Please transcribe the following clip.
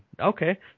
Okay